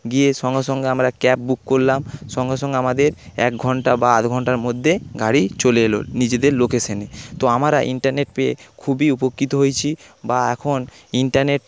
গিয়ে সঙ্গে সঙ্গে আমরা ক্যাব বুক করলাম সঙ্গে সঙ্গে আমাদের এক ঘন্টা বা আধ ঘন্টার মধ্যে গাড়ি চলে এলো নিজেদের লোকেশানে তো আমারা ইন্টারনেট পেয়ে খুবই উপকৃত হয়েছি বা এখন ইন্টারনেট